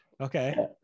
okay